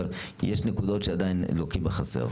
אבל יש נקודות שעדיין לוקות בחסר.